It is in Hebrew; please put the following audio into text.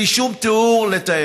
אין לי שום תיאור לתאר אותה.